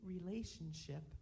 relationship